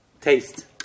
taste